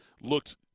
looked –